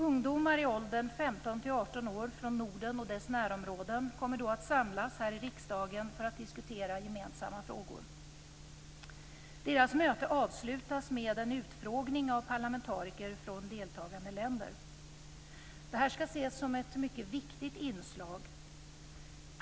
Ungdomar i åldern 15-18 år från Norden och dess närområden kommer då att samlas här i riksdagen för att diskutera gemensamma frågor. Deras möte avslutas med en utfrågning av parlamentariker från deltagande länder. Det här skall ses som ett mycket viktigt inslag.